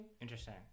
interesting